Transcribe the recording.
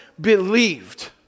believed